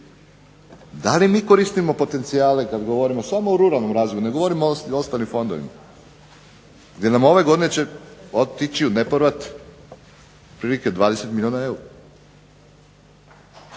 Da li mi koristimo potencijale kada govorimo samo o ruralnom razvoju, ne govorim o ostalim fondovima, gdje će nam ove godine otići u nepovrat otprilike 20 milijuna